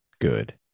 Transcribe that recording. good